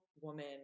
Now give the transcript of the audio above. woman